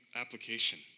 application